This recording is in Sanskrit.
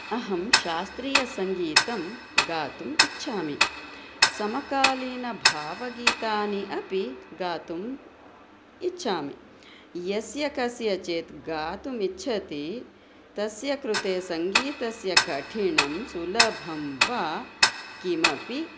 अहं शास्त्रीयसङ्गीतं गातुम् इच्छामि समकालीनभावगीतानि अपि गातुम् इच्छामि यस्य कस्यचित् गातुमिच्छति तस्य कृते सङ्गीतस्य कठिणं सुलभं वा किमपि